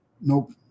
Nope